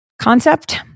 concept